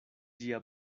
ĝia